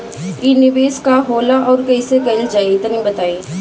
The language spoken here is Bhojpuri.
इ निवेस का होला अउर कइसे कइल जाई तनि बताईं?